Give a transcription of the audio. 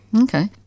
Okay